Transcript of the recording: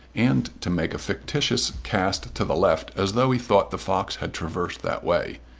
and to make a fictitious cast to the left as though he thought the fox had traversed that way.